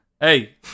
Hey